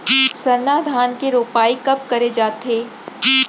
सरना धान के रोपाई कब करे जाथे?